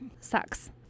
sucks